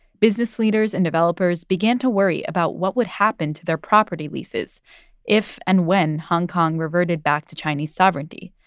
business leaders and developers began to worry about what would happen to their property leases if and when hong kong reverted back to chinese sovereignty.